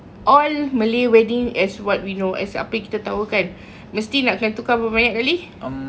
all malay wedding as what we know as apa kita tahu kan mesti nak kena berapa banyak kali